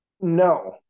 no